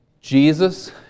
Jesus